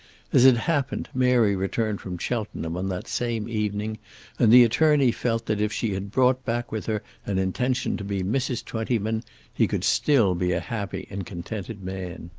as it happened mary returned from cheltenham on that same evening and the attorney felt that if she had brought back with her an intention to be mrs. twentyman he could still be a happy and contented man.